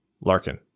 Larkin